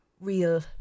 real